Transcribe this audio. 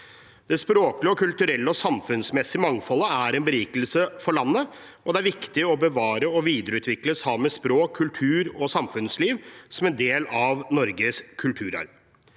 Det språklige, kulturelle og samfunnsmessige mangfoldet er en berikelse for landet, og det er viktig å bevare og videreutvikle samisk språk, kultur og samfunnsliv som en del av Norges kulturarv.